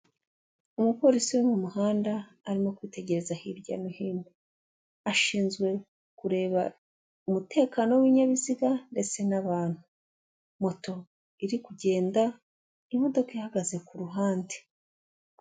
Umupolisi wo mu muhanda, arimo kwitegereza hirya no hino. Ashinzwe kureba umutekano w'ibinyabiziga ndetse n'abantu. Moto iri kugenda, imodoka ihagaze ku ruhande.